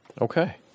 Okay